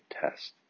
test